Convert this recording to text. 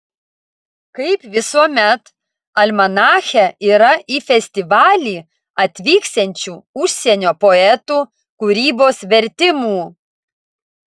kaip visuomet almanache yra į festivalį atvyksiančių užsienio poetų kūrybos vertimų